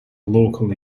local